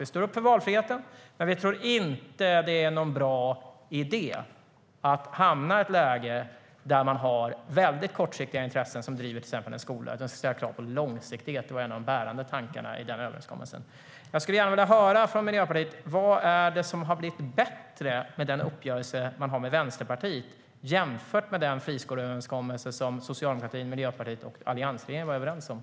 Vi står upp för valfriheten. Jag skulle gärna vilja höra från Miljöpartiet: Vad är det som har blivit bättre med den uppgörelse man har med Vänsterpartiet jämfört med den friskoleöverenskommelse som Socialdemokraterna, Miljöpartiet och alliansregeringen var överens om?